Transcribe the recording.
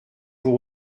pour